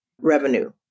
revenue